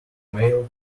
mailed